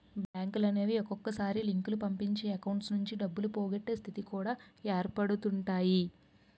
బ్యాంకులనేవి ఒక్కొక్కసారి లింకులు పంపించి అకౌంట్స్ నుంచి డబ్బులు పోగొట్టే స్థితి కూడా ఏర్పడుతుంటాయి